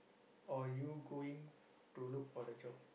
or you going to look for the job